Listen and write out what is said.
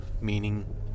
Meaning